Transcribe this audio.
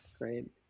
Great